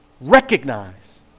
Recognize